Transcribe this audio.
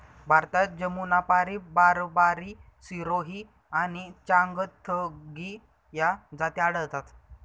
भारतात जमुनापारी, बारबारी, सिरोही आणि चांगथगी या जाती आढळतात